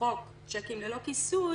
חוק צ'קים ללא כיסוי,